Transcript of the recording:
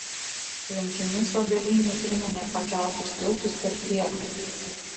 tvenkinys obelynėj priminė pakeltus tiltus per prieglių